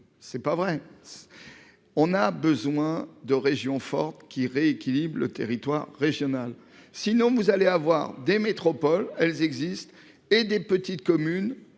c'est pas vrai. On a besoin de région forte qui rééquilibre le territoire régional sinon vous allez avoir des métropoles, elles existent et des petites communes